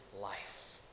life